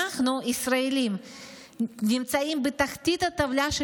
אנחנו הישראלים נמצאים בתחתית הטבלה של